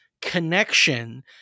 connection